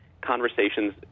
conversations